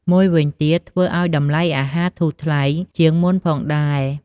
មួយវិញទៀតធ្វើអោយតម្លៃអាហារធូរថ្លៃជាងមុនផងដែរ។